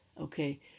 okay